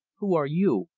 who are you,